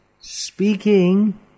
speaking